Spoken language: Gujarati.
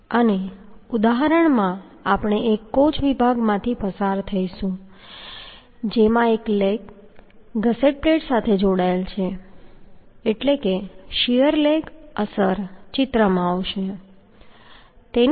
અને ઉદાહરણમાં આપણે એક કોણ વિભાગમાંથી પસાર થઈશું જેમાં એક લેગ ગસેટ પ્લેટ સાથે જોડાયેલ છે એટલે કે શીયર લેગ અસર ચિત્રમાં લેવામાં આવશે